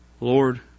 Lord